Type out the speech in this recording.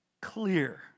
clear